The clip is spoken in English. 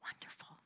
wonderful